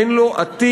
אין לו עתיד,